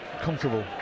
comfortable